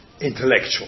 intellectual